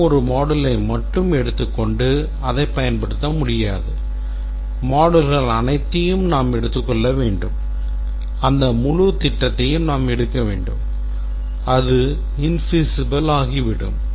நாம் ஒரு moduleயை மட்டும் எடுத்துக்கொண்டு அதைப் பயன்படுத்த முடியாது modules அனைத்தையும் நாம் எடுத்துக்கொள்ள வேண்டும் அந்த முழு திட்டத்தையும் நாம் எடுக்க வேண்டும் அது infeasible ஆகிவிடும்